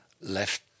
left